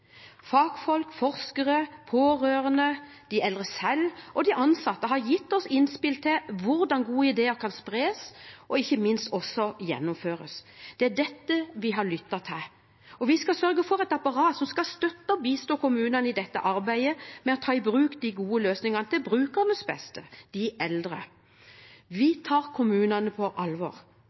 Fagfolk, forskere, pårørende, de eldre selv og de ansatte har gitt oss innspill til hvordan gode ideer kan spres og ikke minst gjennomføres. Det er dette vi har lyttet til. Og vi skal sørge for å ha et apparat som skal støtte og bistå kommunene i arbeidet med å ta i bruk de gode løsningene til brukernes beste – de eldre. Vi tar kommunene på alvor.